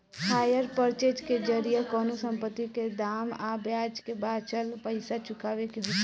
hire purchase के जरिया कवनो संपत्ति के दाम आ ब्याज के बाचल पइसा चुकावे के होला